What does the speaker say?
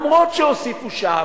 אף-על-פי שהוסיפו שעה,